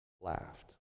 laughed